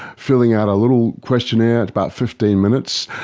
filling out a little questionnaire, it's about fifteen minutes,